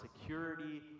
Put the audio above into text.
security